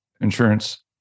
insurance